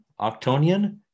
Octonian